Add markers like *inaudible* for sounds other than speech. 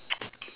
*noise*